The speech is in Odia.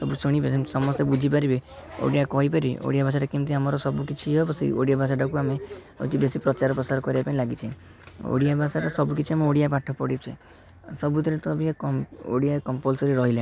ସବୁ ଶୁଣିବେ ସେମତି ସମସ୍ତେ ବୁଝିପାରିବେ ଓଡ଼ିଆ କହିପାରିବେ ଓଡ଼ିଆ ଭାଷାରେ କେମତି ଆମର ସବୁ କିଛି ୟେ ହେବ ସେ ଓଡ଼ିଆ ଭାଷାଟାକୁ ଆମେ ହେଉଛି ବେଶୀ ପ୍ରଚାର ପ୍ରସାର କରିବା ପାଇଁ ଲାଗିଛେ ଓଡ଼ିଆ ଭାଷା ରେ ସବୁ କିଛି ଆମେ ଓଡ଼ିଆ ପାଠ ପଢୁଛେ ସବୁଥିରେ ତ ଅଭିକା କମ୍ପ ଓଡ଼ିଆ କମ୍ପଲସରି ରହିଲାଣି